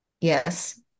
Yes